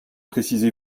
précisé